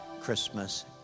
Christmas